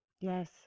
Yes